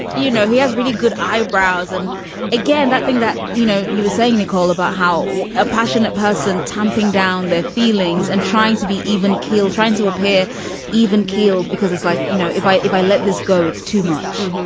you know, he has really good eyebrows and again, that thing that, you know, you were saying, nicole, about how a passionate person tamping down their feelings and trying to be even keel, trying to appear even keeled, because it's like, you know, if i if i let this go, it's too much.